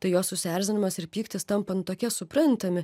tai jo susierzinimas ir pyktis tampa nu tokie suprantami